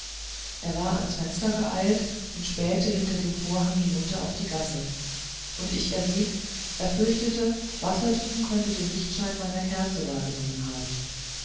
er war ans fenster geeilt und spähte hinter dem vorhang hinunter auf die gasse ich erriet er fürchtete wassertrum könne den lichtschein meiner kerze wahrgenommen haben